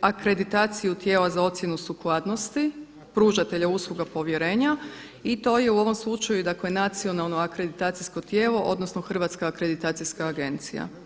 akreditaciju tijela za ocjenu sukladnosti pružatelja usluga povjerenja i to je u ovom slučaju dakle nacionalno akreditacijsko tijelo odnosno Hrvatska akreditacijska agencija.